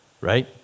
right